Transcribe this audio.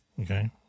Okay